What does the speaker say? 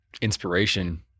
inspiration